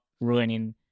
ruining